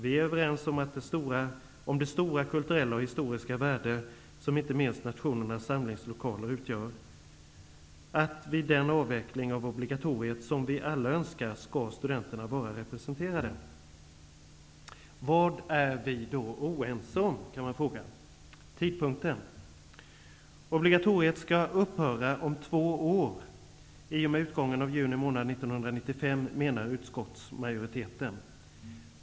Vi är överens om det stora kulturella och historiska värde som inte minst nationernas samlingslokaler har. --att vid den avveckling av obligatoriet som vi alla önskar skall studenterna vara representerade. Man kan då fråga: Vad är vi då oense om? Jo, om tidpunkten. Obligatoriet skall upphöra om två år, i och med utgången av juni månad 1995, menar utskottsmajoriteten.